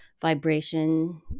vibration